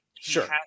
Sure